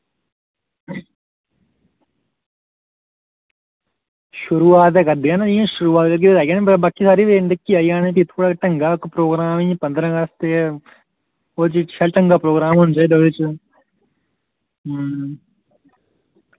शुरुआत ते करदे आं ना इ'यां शुरुआत ते ऐ गे बाकी इ'यां कोई ढंगा प्रोग्राम इ'यां पंदरां अगस्त चलो कोई शैल ढंगै दा प्रोग्राम होंदे एह्दे बिच हूं